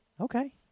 Okay